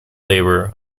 labor